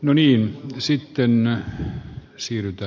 no niin sitten on syytä